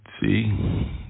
see